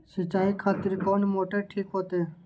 सीचाई खातिर कोन मोटर ठीक होते?